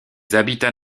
habitats